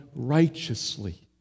righteously